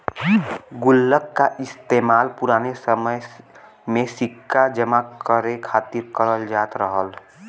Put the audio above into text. गुल्लक का इस्तेमाल पुराने समय में सिक्का जमा करे खातिर करल जात रहल